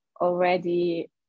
already